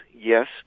yes